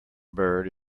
bird